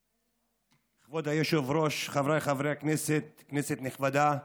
כבוד היושב-ראש, חבריי חברי הכנסת, כנסת נכבדה,